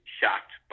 shocked